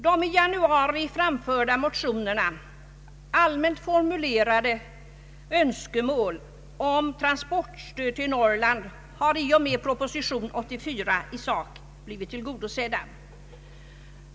De i januari i motioner framförda allmänt formulerade önskemålen om transportstöd till Norrland har i och med proposition 84 i sak blivit tillgodosedda.